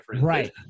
Right